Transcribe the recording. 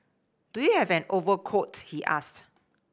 do you have an overcoat he asked